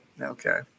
Okay